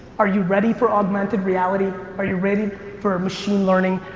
are you ready for augmented reality? are you ready for machine learning?